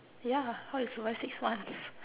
yeah how you survive six months